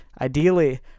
Ideally